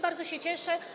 Bardzo się cieszę.